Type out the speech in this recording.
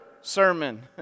sermon